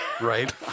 right